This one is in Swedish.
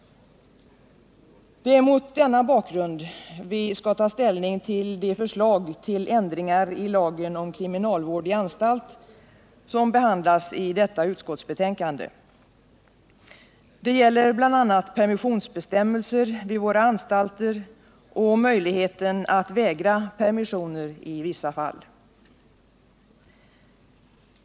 Det är mot denna bakgrund vi skall ta ställning till det förslag till ändring i lagen om kriminalvård i anstalt som behandlas i detta utskottsbetänkande. Det gäller bl.a. permissionsbestämmelser vid våra anstalter och möjligheten att vägra permissioner i vissa fall.